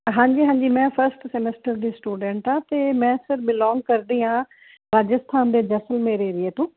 ਹਾਂਜੀ ਹਾਂਜੀ ਮੈਂ ਫਸਟ ਸਮੈਸਟਰ ਦੀ ਸਟੂਡੈਂਟ ਆ ਤੇ ਮੈਂ ਸਰ ਬਿਲੋਂਗ ਕਰਦੀ ਆਂ ਰਾਜਸਥਾਨ ਦੇ ਜੈਸਲਮੇਰ ਏਰੀਏ ਤੋਂ